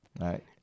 Right